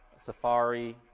safari,